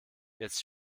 jetzt